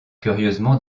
curieusement